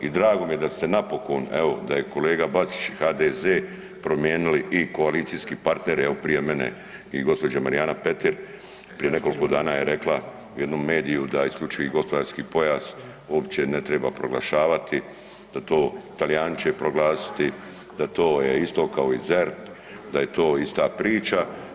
I drago mi je da ste se napokon evo da je kolega Bačić i HDZ-e promijenili i koalicijski partneri evo prije mene i gospođa Marijana Petir prije nekoliko dana je rekla jednom mediju da isključivi gospodarski pojas opće ne treba proglašavati, da to Talijani će proglasiti, da to je isto kao i ZERP, da je to ista priča.